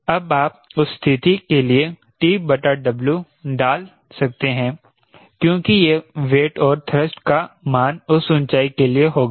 अब आप उस स्थिति के लिए TW डाल सकते हैं क्योंकि यह वेट और थ्रस्ट का मान उस ऊंचाई के लिए होगा